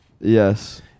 Yes